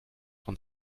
von